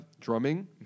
drumming